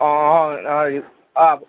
অঁ অঁ অঁ